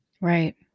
right